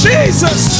Jesus